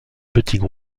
petits